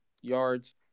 yards